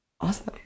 Awesome